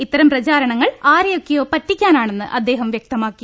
ഇത്തരം പ്രചാരണങ്ങൾ ആരെയൊക്കെയോ പറ്റിക്കാനാണെന്ന് അദ്ദേഹം വ്യക്തമാക്കി